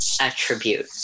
attribute